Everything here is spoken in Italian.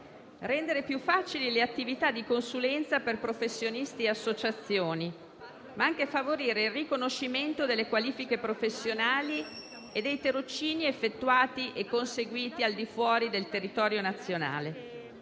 rendere più facili le attività di consulenza per professionisti e associazioni, ma anche favorire il riconoscimento delle qualifiche professionali e dei tirocini effettuati e conseguiti al di fuori del territorio nazionale: